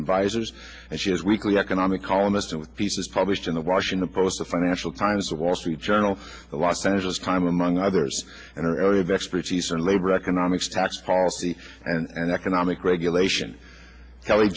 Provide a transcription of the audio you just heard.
advisors and she has weekly economic columnists and pieces published in the washington post the financial times the wall street journal the los angeles times among others and her area of expertise and labor economics tax policy and economic regulation kelly